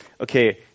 Okay